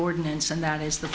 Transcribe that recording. ordinance and that is th